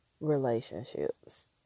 relationships